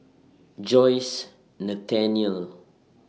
Joyce Nathanael